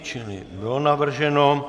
Čili bylo navrženo.